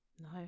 no